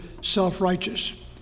self-righteous